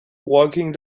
walking